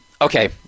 Okay